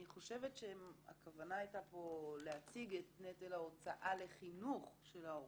אני חושבת שהכוונה הייתה פה להציג את נטל ההוצאה לחינוך של ההורים,